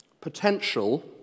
Potential